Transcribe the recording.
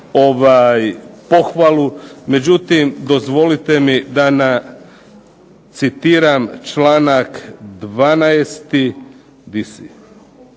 pohvalu, međutim, dozvolite mi da citiram članak 12.